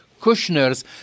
Kushner's